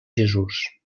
jesús